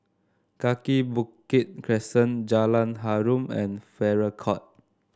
Kaki Bukit Crescent Jalan Harum and Farrer Court